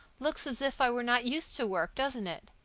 looks as if i were not used to work, doesn't it?